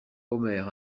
omer